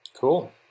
Cool